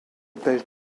pêche